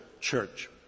church